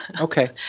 Okay